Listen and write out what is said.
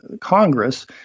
Congress